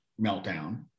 meltdown